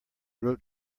wrote